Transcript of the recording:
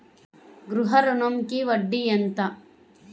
గృహ ఋణంకి వడ్డీ ఎంత?